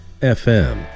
FM